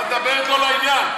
את מדברת לא לעניין.